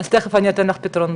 אז בסוף אני אתן לך פתרונות.